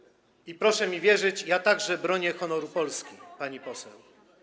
I proszę mi wierzyć, ja także bronię honoru Polski, pani poseł.